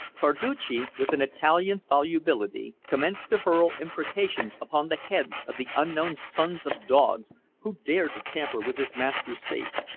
carducci, with an italian's volubility, commenced to hurl imprecations upon the heads of the unknown sons of dogs who dared to tamper with his master's safe,